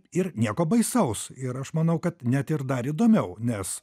ir nieko baisaus ir aš manau kad net ir dar įdomiau nes